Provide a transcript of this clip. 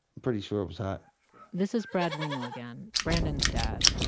pretty sure it was hot this is brad wingo again, brandon's dad.